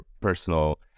personal